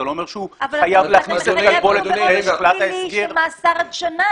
זה לא אומר שהוא -- אבל אתה מדבר על מאסר עד שנה.